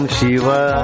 Shiva